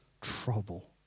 trouble